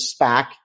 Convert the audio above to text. SPAC